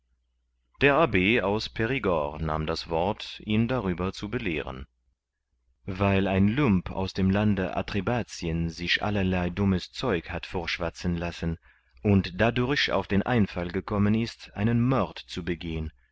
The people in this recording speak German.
der abb aus perigord nahm das wort ihn darüber zu belehren weil ein lump aus dem lande atrebatien sich allerlei dummes zeug hat vorschwatzen lassen und dadurch auf den einfall gekommen ist einen mord zu begehen